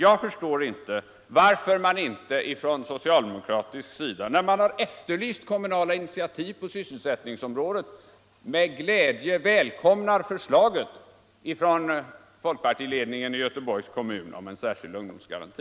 Jag förstår inte varför man inte från socialdemokratisk sida, när man efterlyst kommunala initiativ på sysselsättningsområdet, med glädje välkomnar förslaget från folkpartiledningen i Göteborgs kommun om en särskild ungdomsgaranti.